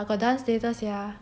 I got dance later sia